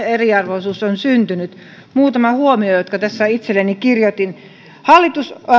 eriarvoisuus on syntynyt muutama huomio jotka tässä itselleni kirjoitin hallitus